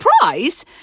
surprise